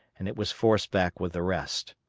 and it was forced back with the rest.